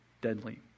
deadly